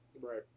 Right